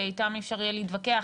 שאיתם אי-אפשר להתווכח,